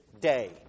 day